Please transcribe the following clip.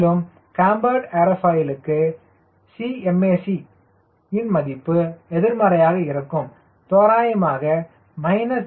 மேலும் கேம்பர்டு ஏர்ஃபாயிலுக்கு Cmac ன் மதிப்பு எதிர்மறையாக இருக்கும் தோராயமாக 0